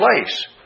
place